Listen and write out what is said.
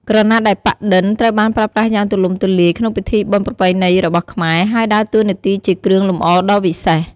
ក្រណាត់ដែលប៉ាក់-ឌិន ត្រូវបានប្រើប្រាស់យ៉ាងទូលំទូលាយក្នុងពិធីបុណ្យប្រពៃណីរបស់ខ្មែរ ហើយដើរតួនាទីជាគ្រឿងលម្អដ៏វិសេស។